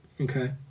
Okay